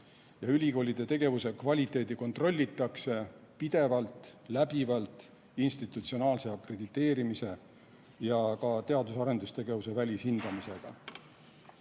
Ülikoolide tegevuse kvaliteeti kontrollitakse pidevalt, läbivalt institutsionaalse akrediteerimise ja ka teadus‑ ja arendustegevuse välishindamisega.